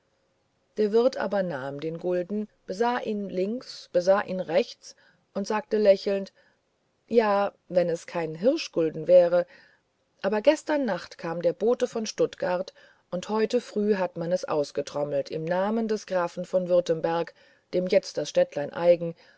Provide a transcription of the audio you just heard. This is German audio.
der wirt aber nahm den gulden besah ihn links besah ihn rechts und sagte lächelnd ja wenn es kein hirschgulden wär aber gestern nacht kam der bote von stuttgart und heute früh hat man es ausgetrommelt im namen des grafen von württemberg dem jetzt das städtlein eigen